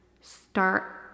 start